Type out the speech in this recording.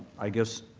i guess,